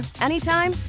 anytime